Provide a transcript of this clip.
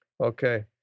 Okay